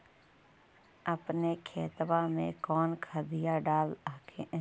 अपने खेतबा मे कौन खदिया डाल हखिन?